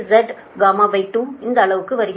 க்கு வருகிறது எனவே ZY2 இந்த அளவுக்கு வருகிறது